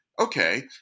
Okay